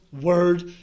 word